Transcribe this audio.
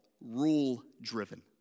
rule-driven